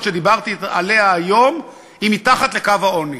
שדיברתי עליה היום היא מתחת לקו העוני.